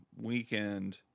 weekend